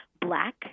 black